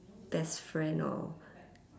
best friend or